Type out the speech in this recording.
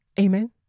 Amen